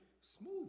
Smooth